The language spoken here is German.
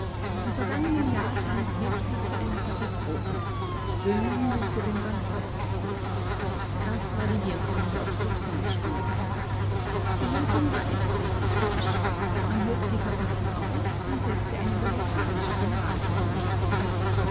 im vergangenen jahr kam es wirklich zu einer katastrophe böhmen mußte den bankrott erklären das war die wirkung der obstruktionsspielerei die lösung war echt österreichisch man hob die verfassung auf und setzte eine bureaukratische generalvormundschaft ein